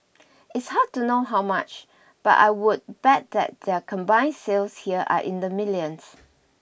it's hard to know how much but I would bet that their combined sales here are in the millions